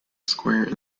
square